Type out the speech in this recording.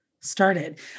started